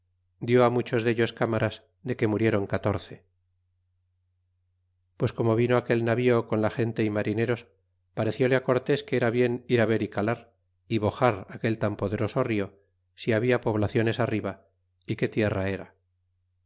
dió á muchos dellos camaras de que murieron catorce pues como vino aquel navío con la gente y marineros parecile cortes que era bien ir á ver y calar y boxar aquel tan poderoso rio si habla poblaciones arriba y que tierra era